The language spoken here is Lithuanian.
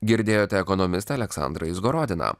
girdėjote ekonomistą aleksandrą izgorodiną